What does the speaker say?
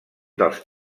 dels